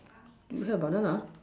do you have a banana